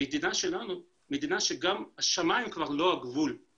המדינה שלנו היא מדינה בה גם השמים כבר לא הגבול.